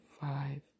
Five